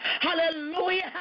Hallelujah